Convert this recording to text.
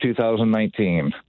2019